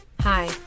Hi